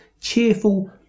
cheerful